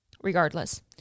regardless